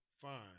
Fine